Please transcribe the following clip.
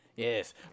Yes